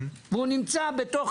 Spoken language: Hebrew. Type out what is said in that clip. משרד האוצר הצביע נגד?